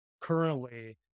currently